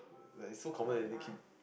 like is so common like it keep